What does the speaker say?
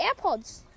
AirPods